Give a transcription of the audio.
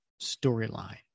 storyline